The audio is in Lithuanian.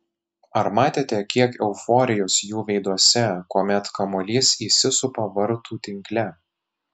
ar matėte kiek euforijos jų veiduose kuomet kamuolys įsisupa vartų tinkle